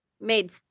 made